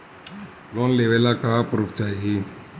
Loan लेवे ला का पुर्फ चाही?